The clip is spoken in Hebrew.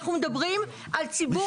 אנחנו מדברים על ציבור עני.